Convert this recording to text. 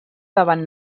davant